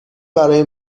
برای